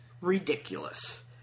ridiculous